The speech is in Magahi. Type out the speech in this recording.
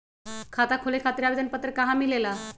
खाता खोले खातीर आवेदन पत्र कहा मिलेला?